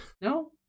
no